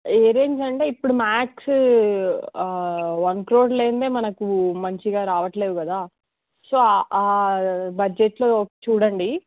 ఏ range అంటే ఇప్పుడు max one crore లేనిదే మనకు మంచిగా రావట్లేవు కదా సో బడ్జెట్లో చూడండి